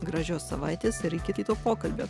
gražios savaitės ir iki kito pokalbio